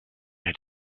had